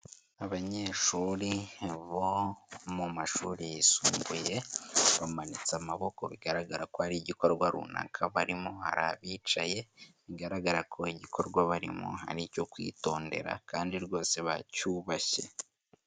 Abanyeshuri bo mu mashuri yisumbuye, bamanitse amaboko bigaragara ko ari igikorwa runaka barimo, hari abicaye bigaragara ko igikorwa barimo ari icyo kwitondera kandi rwose bacyubashye.